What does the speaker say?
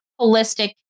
holistic